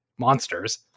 monsters